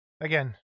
again